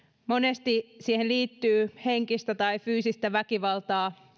monesti siihen liittyy henkistä tai fyysistä väkivaltaa